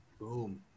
Boom